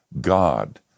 God